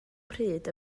pryd